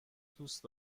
دوست